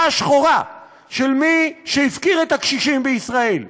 השחורה של מי שהפקיר את הקשישים בישראל.